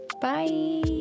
bye